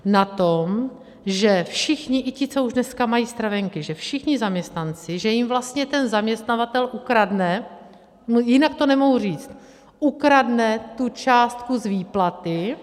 Na tom, že všichni, i ti, co už dneska mají stravenky, všichni zaměstnanci, že jim vlastně ten zaměstnavatel ukradne jinak to nemohu říct ukradne tu částku z výplaty.